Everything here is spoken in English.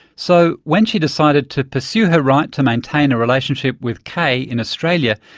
so when she decided to pursue her right to maintain a relationship with k in australia,